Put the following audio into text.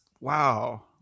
wow